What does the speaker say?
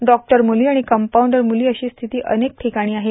doctor मुली आणि compounder मुलं अशी स्थिती अनेक ठिकाणी झाली आहे